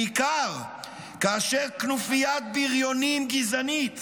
בעיקר כאשר כנופיית בריונים גזענית